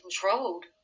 controlled